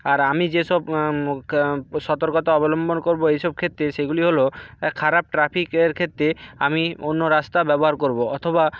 আর আমি যেসব সতর্কতা অবলম্বন করবো এইসব ক্ষেত্রে সেইগুলি হলো খারাপ ট্র্যাফিকের ক্ষেত্রে আমি অন্য রাস্তা ব্যবহার করবো অথবা